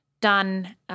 done